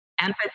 empathy